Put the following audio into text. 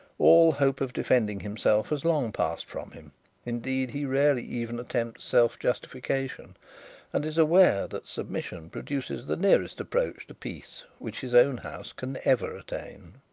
all hope of defending himself has long passed from him indeed he rarely even attempts self-justification and is aware that submission produces the nearest approach to peace which his own house can ever attain.